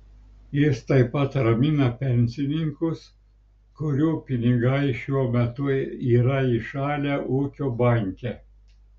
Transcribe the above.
jis taip pat ramina pensininkus kurių pinigai šiuo metu yra įšalę ūkio banke